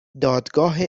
دادگاه